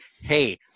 hey